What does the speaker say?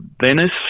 Venice